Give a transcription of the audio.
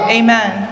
amen